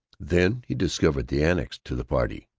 then he discovered the annex to the party.